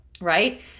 right